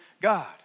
God